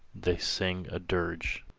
they sing a dirge.